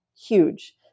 huge